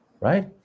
right